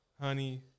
honey